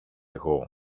εγώ